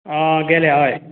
गेल्या हय